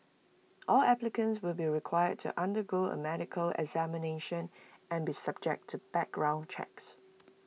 all applicants will be required to undergo A medical examination and be subject to background checks